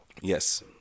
Yes